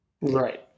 Right